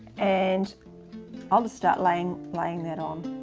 and i'll start laying, laying that on.